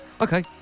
Okay